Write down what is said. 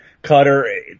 Cutter